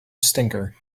stinker